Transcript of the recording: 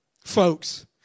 folks